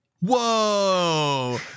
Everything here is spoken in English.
Whoa